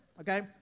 Okay